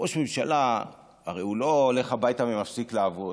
ראש ממשלה הרי לא הולך הביתה ומפסיק לעבוד.